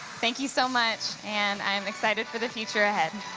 thank you so much and i'm excited for the future ahead.